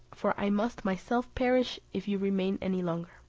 for i must myself perish if you remain any longer.